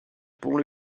pont